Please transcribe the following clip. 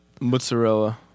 Mozzarella